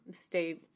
stay